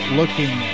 looking